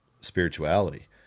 spirituality